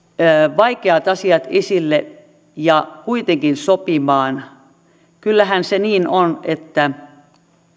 vaikeat asiat esille ja kuitenkin sopimaan kyllähän se niin on että